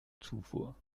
zufuhr